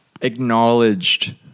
acknowledged